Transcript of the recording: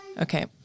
Okay